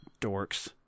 dorks